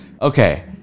Okay